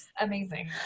amazing